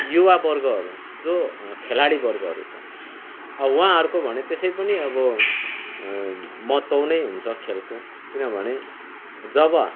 युवावर्गहरू जो खेलाडीवर्गहरू छ अब उहाँहरूको भने त्यसै पनि अब महत्त्व नै हुन्छ खेलको किनभने जब